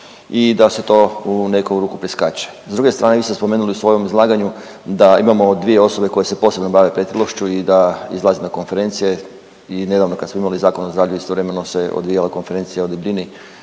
i da se to u neku ruku preskače. S druge strane vi ste spomenuli u svojem izlaganju da imamo dvije osobe koje se posebno bave pretilošću i da izlaze na konferencije i nedavno kad smo imali zakon o zdravlju istovremeno se odvijala Konferencija o debljini